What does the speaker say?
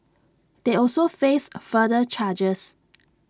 they also face further charges